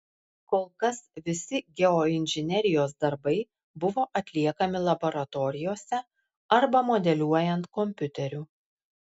kol kas visi geoinžinerijos darbai buvo atliekami laboratorijose arba modeliuojant kompiuteriu